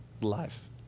life